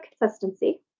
consistency